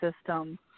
system